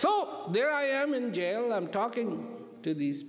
so there i am in jail i'm talking to these